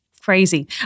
Crazy